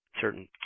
certain